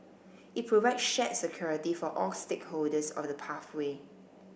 it provide shared security for all stakeholders of the pathway